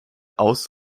aus